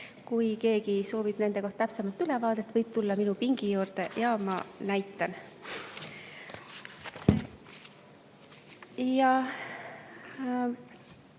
kui keegi soovib nende kohta täpsemat ülevaadet, siis võib tulla minu pingi juurde ja ma näitan.